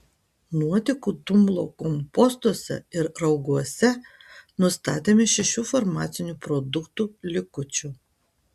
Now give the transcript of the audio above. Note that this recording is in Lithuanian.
nuotekų dumblo kompostuose ir rauguose nustatėme šešių farmacinių produktų likučių